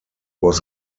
was